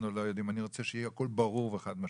אני רוצה שיהיה הכול ברור וחד משמעי,